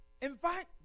Invite